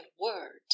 word